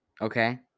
Okay